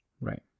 Right